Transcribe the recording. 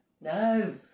No